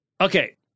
Okay